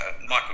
Michael